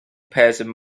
passing